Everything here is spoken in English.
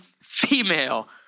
female